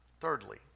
Thirdly